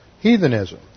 heathenism